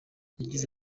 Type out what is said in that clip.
yagize